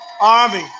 Army